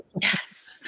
Yes